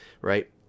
right